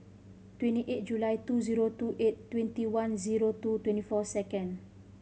twenty eight July two zero two eight twenty one zero two twenty four second